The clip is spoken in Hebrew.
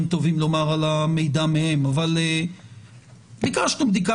טובים לומר על המידע מהם אבל ביקשנו בדיקה